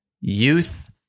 Youth